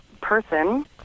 person